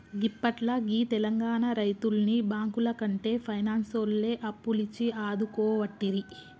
గిప్పట్ల గీ తెలంగాణ రైతుల్ని బాంకులకంటే పైనాన్సోల్లే అప్పులిచ్చి ఆదుకోవట్టిరి